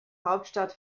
hauptstadt